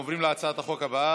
ברשות יושב-ראש הישיבה,